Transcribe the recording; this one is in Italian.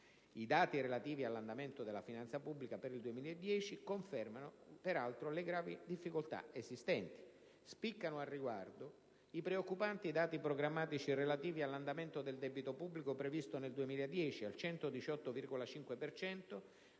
I dati relativi all'andamento della finanza pubblica per il 2010 confermano peraltro le gravi difficoltà esistenti. Spiccano, al riguardo, i preoccupanti dati programmatici relativi all'andamento del debito pubblico previsto nel 2010 al 118,5